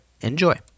enjoy